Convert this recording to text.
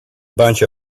bunch